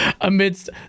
Amidst